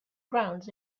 grounds